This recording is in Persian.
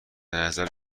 نظر